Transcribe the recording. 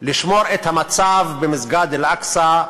לשמור את המצב במסגד אל-אקצא,